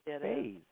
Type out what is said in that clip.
phase